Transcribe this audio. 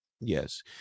yes